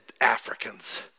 Africans